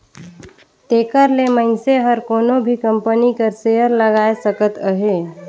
तेकर ले मइनसे हर कोनो भी कंपनी कर सेयर लगाए सकत अहे